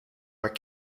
haar